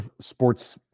sports